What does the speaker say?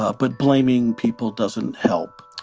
ah but blaming people doesn't help.